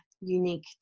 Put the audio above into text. unique